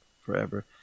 forever